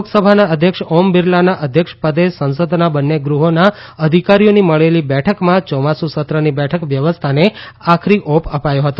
લોકસભાના અધ્યક્ષ ઓમ બીરલાના અધ્યક્ષપદે સંસદના બન્ને ગુહ્હોના અધિકારીઓની મળેલી બેઠકમાં ચોમાસુ સત્રની બેઠક વ્યવસ્થાને આખરી ઓપ અપાયો હતો